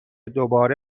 دوباره